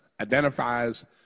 identifies